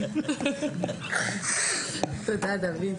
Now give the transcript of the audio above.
תודה רבה.